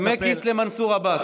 דמי כיס למנסור עבאס.